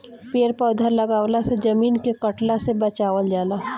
पेड़ पौधा लगवला से जमीन के कटला से बचावल जाला